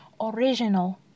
original